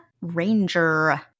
Ranger